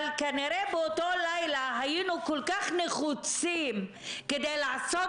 אבל כנראה באותו לילה היינו כל כך נחוצים כדי לעשות